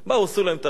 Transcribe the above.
עשו להם את הרישום,